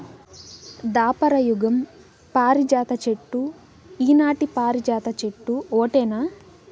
దాపర యుగం పారిజాత చెట్టు ఈనాటి పారిజాత చెట్టు ఓటేనా